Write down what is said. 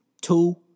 Two